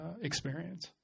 experience